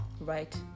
right